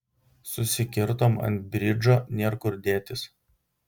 susikirtom ant bridžo nėr kur dėtis